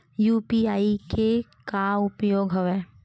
UPI के का उपयोग हवय?